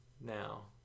now